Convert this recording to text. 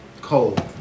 cold